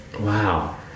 wow